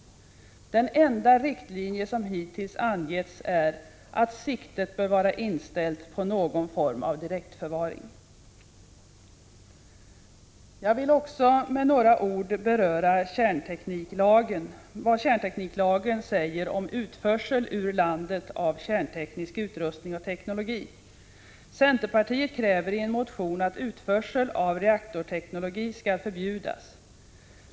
Den enda riktlinje som hittills angetts är att siktet bör vara inställt på någon form av direktförvaring. Jag vill också med några ord beröra vad kärntekniklagen säger om utförsel ur landet av kärnteknisk utrustning och teknologi. Centerpartiet kräver i en motion att utförsel av reaktorteknologi skall förbjudas.